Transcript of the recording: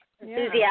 enthusiasm